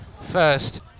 first